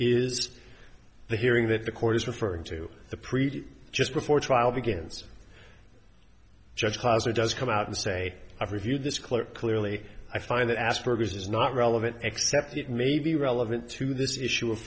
is the hearing that the court is referring to the previous just before trial begins judge cause or does come out and say i've reviewed this clip clearly i find that aspergers is not relevant except it may be relevant to this issue of